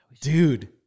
dude